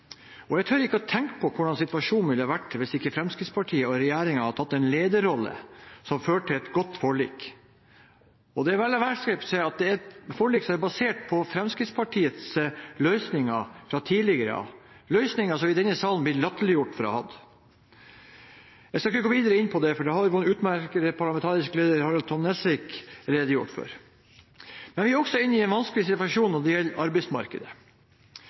migranter. Jeg tør ikke tenke på hvordan situasjonen ville ha vært hvis ikke Fremskrittspartiet og regjeringen hadde tatt en lederrolle som førte til et godt forlik. Det er verdt å merke seg at det er et forlik som er basert på Fremskrittspartiets løsninger fra tidligere av, løsninger som vi i denne salen har blitt latterliggjort for å ha hatt. Jeg skal ikke gå videre inn på det, for det har vår utmerkede parlamentariske leder, Harald Tom Nesvik, redegjort for. Vi er også inne i en vanskelig situasjon når det gjelder arbeidsmarkedet,